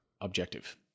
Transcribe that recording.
objective